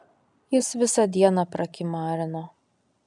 jis visą dieną prakimarino